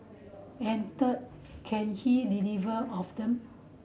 and third can he deliver of them